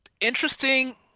interesting